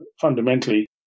fundamentally